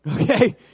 okay